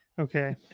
Okay